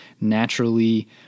naturally